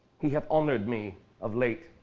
he hath honored me of late.